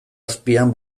azpian